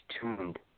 tuned